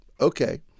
Okay